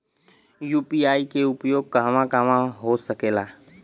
UPI के उपयोग कहवा कहवा हो सकेला?